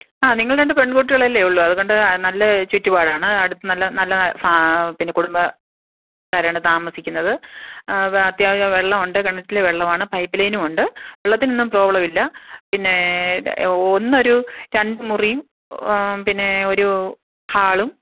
ആ നിങ്ങൾ രണ്ട് പെണ്കുട്ടികൾ അല്ലേ ഉള്ളൂ അതുകൊണ്ട് നല്ല ചുറ്റുപാടാണ് അടുത്ത് നല്ല നല്ല പിന്നെ കുടുംബക്കാരാണ് താമസിക്കുന്നത് അപ്പം അത്യാവശ്യം വെള്ളമുണ്ട് കിണറ്റിലെ വെള്ളമാണ് പൈപ്പ് ലൈനും ഉണ്ട് വെള്ളത്തിനൊന്നും പ്രോബ്ലം ഇല്ല പിന്നെ ഒന്ന് ഒരു രണ്ട് മുറിയും പിന്നെ ഒരു ഹാളും